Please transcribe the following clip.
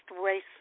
race